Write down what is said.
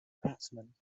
batsman